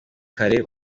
kare